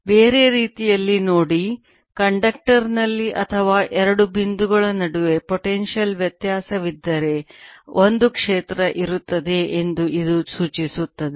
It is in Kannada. ಬೇರೆ ರೀತಿಯಲ್ಲಿ ನೋಡಿ ಕಂಡಕ್ಟರ್ ನಲ್ಲಿ ಅಥವಾ ಎರಡು ಬಿಂದುಗಳ ನಡುವೆ ಪೊಟೆನ್ಶಿಯಲ್ ವ್ಯತ್ಯಾಸವಿದ್ದರೆ ಒಂದು ಕ್ಷೇತ್ರ ಇರುತ್ತದೆ ಎಂದು ಇದು ಸೂಚಿಸುತ್ತದೆ